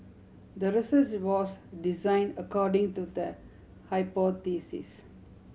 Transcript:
the research was design according to the hypothesis